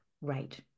right